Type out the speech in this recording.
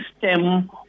system